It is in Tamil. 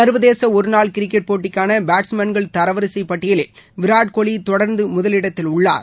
சர்வதேச ஒருநாள் கிரிக்கெட் போட்டிக்கான பேட்ஸ்மேன்கள் தரவரிசைப் பட்டியலில் விராட் கோலி தொடர்ந்து முதலிடத்தில் உள்ளார்